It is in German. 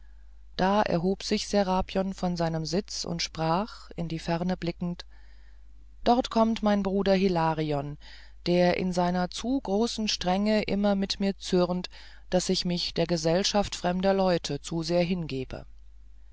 da erhob sich serapion von seinem sitz und sprach in die ferne blickend dort kommt mein bruder hilarion der in seiner zu großen strenge immer mit mir zürnt daß ich mich der gesellschaft fremder leute zu sehr hingebe